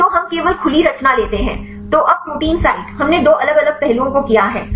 तो हम केवल खुली रचना लेते हैं तो अब प्रोटीन साइट हमने दो अलग अलग पहलुओं को किया है